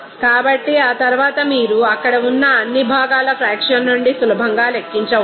కాబట్టి ఆ తరువాత మీరు అక్కడ ఉన్న అన్ని భాగాలఫ్రాక్షన్ నుండి సులభంగా లెక్కించవచ్చు